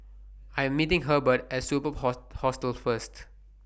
I Am meeting Hebert At Superb Hostel First